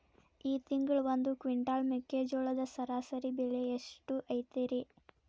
ಈ ತಿಂಗಳ ಒಂದು ಕ್ವಿಂಟಾಲ್ ಮೆಕ್ಕೆಜೋಳದ ಸರಾಸರಿ ಬೆಲೆ ಎಷ್ಟು ಐತರೇ?